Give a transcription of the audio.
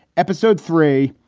episode three,